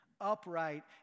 upright